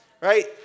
Right